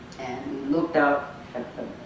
and looked out at